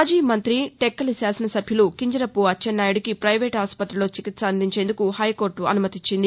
మాజీ మంతి టెక్కలి శాసనసభ్యులు కింజరాపు అచ్చెన్నాయుడికి పైవేటు ఆస్పతిలో చికిత్స అందించేందుకు హైకోర్టు అనుమతిచ్చింది